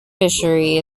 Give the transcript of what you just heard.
fishery